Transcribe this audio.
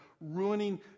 ruining